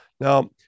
Now